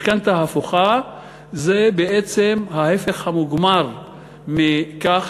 משכנתה הפוכה זה בעצם ההפך המוגמר מכך